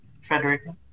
Frederica